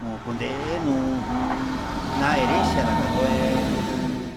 okunu ujun na'a erencia dakandué ujun